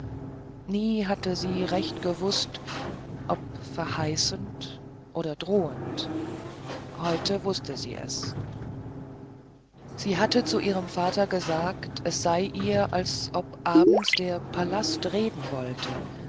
nie hatte sie recht gewußt ob verheißend oder drohend heute wußte sie es sie hatte zu ihrem vater gesagt es sei ihr als ob abends der palast reden wollte